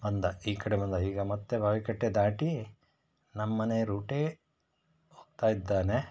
ಬಂದ ಈ ಕಡೆ ಬಂದ ಈಗ ಮತ್ತೆ ಬಾವಿಕಟ್ಟೆ ದಾಟಿ ನಮ್ಮನೆಯ ರೂಟೇ ಹೋಗ್ತಾ ಇದ್ದಾನೆ